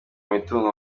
mitungo